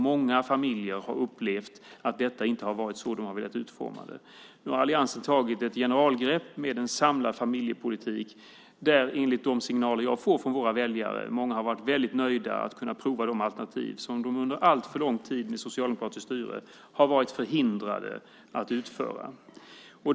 Många familjer har upplevt att de inte velat utforma den så. Nu har alliansen tagit ett generalgrepp med en samlad familjepolitik där, enligt de signaler jag får från våra väljare, många är väldigt nöjda med att kunna prova de alternativ som de under alltför lång tid med socialdemokratiskt styre varit förhindrade att göra.